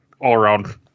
all-around